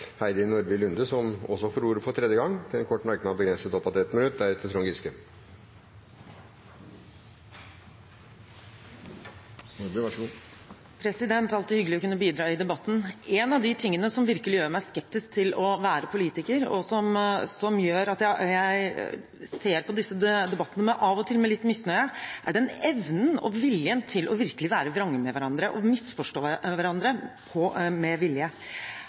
alltid hyggelig å kunne bidra i debatten. En av de tingene som virkelig gjør meg skeptisk til å være politiker, og som gjør at jeg av og til ser på disse debattene med litt misnøye, er den evnen og viljen til virkelig å være vrange med hverandre og misforstå hverandre med vilje.